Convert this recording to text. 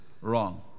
wrong